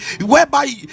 whereby